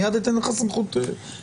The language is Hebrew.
מיד אתן לך רשות דיבור.